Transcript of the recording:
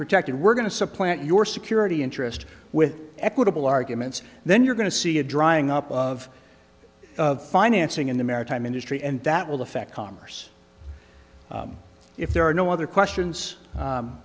protected we're going to supplant your security interest with equitable arguments then you're going to see a drying up of financing in the maritime industry and that will affect commerce if there are no other questions